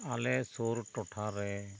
ᱟᱞᱮ ᱥᱩᱨ ᱴᱚᱴᱷᱟ ᱨᱮ